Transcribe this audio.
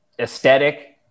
aesthetic